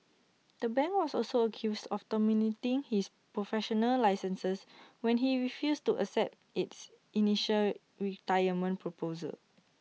the bank was also accused of terminating his professional licenses when he refused to accept its initial retirement proposal